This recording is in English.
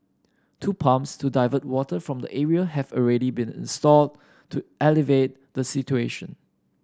two pumps to divert water from the area have already been installed to alleviate the situation